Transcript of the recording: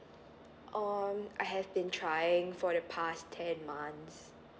um I have been trying for the past ten months